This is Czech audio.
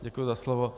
Děkuji za slovo.